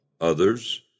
others